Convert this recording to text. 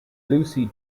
lucy